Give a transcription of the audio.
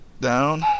down